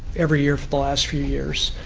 every year for the last few years.